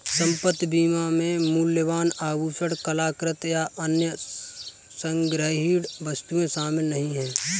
संपत्ति बीमा में मूल्यवान आभूषण, कलाकृति, या अन्य संग्रहणीय वस्तुएं शामिल नहीं हैं